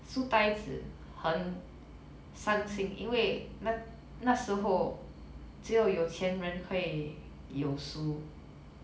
书呆子很伤心因为那那时候只有有钱人会有书